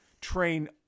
train